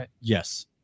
Yes